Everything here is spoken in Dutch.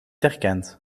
herkent